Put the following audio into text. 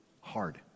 hard